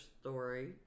story